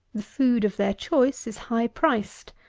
the food of their choice is high-priced,